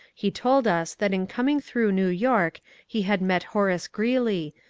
he told us that in coming through new york he had met horace greeley,